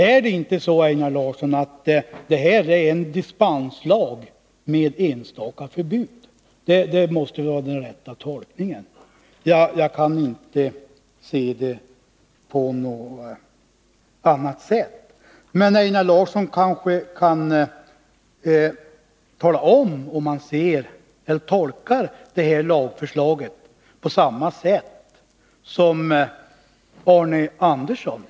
Är det inte så, Einar Larsson, att detta är en dispenslag med enstaka förbud? Det måste vara den rätta tolkningen. Jag kan inte se det på något annat sätt. Einar Larsson kanske kan tala om ifall han tolkar lagförslaget på samma sätt som Arne Andersson.